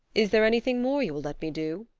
is there anything more you will let me do?